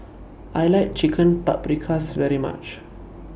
I like Chicken Paprikas very much